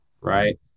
right